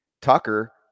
Tucker